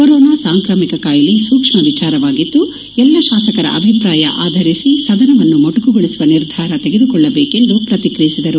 corona ಸಾಂಕ್ರಾಮಿಕ ಕಾಯಿಲೆ ಸೂಕ್ಷ್ಮ ವಿಚಾರವಾಗಿದ್ದು ಎಲ್ಲ ಶಾಸಕರ ಅಭಿಪ್ರಾಯ ಆಧರಿಸಿ ಸದನವನ್ನು ಮೊಟಕುಗೊಳಿಸುವ ನಿರ್ಧಾರ ತೆಗೆದುಕೊಳ್ಳಬೇಕು ಎಂದು ಪ್ರತಿಕ್ರಿಯಿಸಿದರು